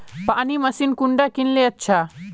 पानी मशीन कुंडा किनले अच्छा?